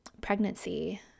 pregnancy